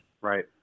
Right